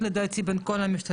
מחלוקת, לדעתי, בין כל המשתתפים.